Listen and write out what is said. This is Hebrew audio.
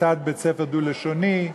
הצתת בית-ספר דו-לשוני.